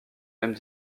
mêmes